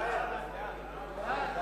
סעיף 9,